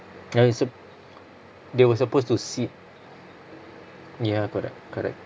they're sup~ they were supposed to sit ya correct correct